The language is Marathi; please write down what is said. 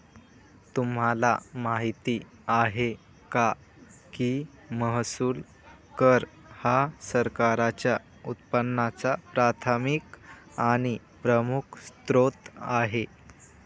तुम्हाला माहिती आहे का की महसूल कर हा सरकारच्या उत्पन्नाचा प्राथमिक आणि प्रमुख स्त्रोत आहे